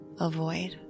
avoid